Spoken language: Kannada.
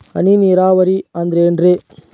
ಹನಿ ನೇರಾವರಿ ಅಂದ್ರೇನ್ರೇ?